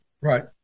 Right